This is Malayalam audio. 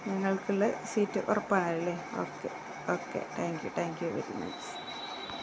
നിങ്ങൾക്കുള്ള സീറ്റ് ഉറപ്പല്ലേ okay okay thank you thank you very much